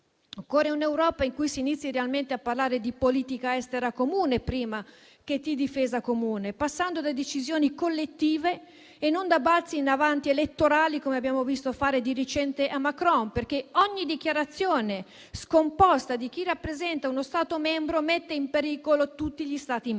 Occorre un'Europa in cui si inizi realmente a parlare di politica estera comune prima che di difesa comune, passando da decisioni collettive e non da balzi in avanti elettorali, come abbiamo visto fare di recente a Macron, perché ogni dichiarazione scomposta di chi rappresenta uno Stato membro mette in pericolo tutti gli Stati membri.